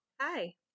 Hi